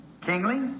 kingly